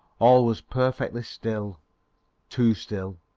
all was perfectly still too still.